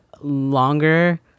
longer